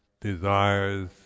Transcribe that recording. desires